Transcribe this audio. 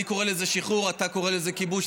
אני קורא לזה שחרור, אתה קורא לזה כיבוש.